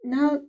Now